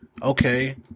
Okay